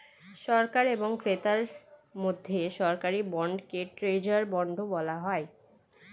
সরকার এবং ক্রেতার মধ্যে সরকারি বন্ডকে ট্রেজারি বন্ডও বলা হয়